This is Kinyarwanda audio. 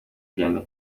vianney